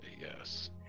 yes